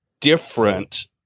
different